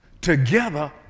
together